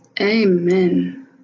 Amen